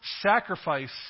sacrifice